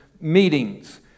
meetings